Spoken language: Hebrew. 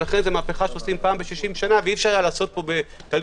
לכן זה מהפכה שעושים פעם ב-60 שנה ואי-אפשר היה לעשות בתהליך